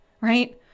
right